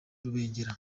rubengera